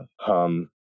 Hum